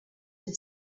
have